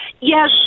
Yes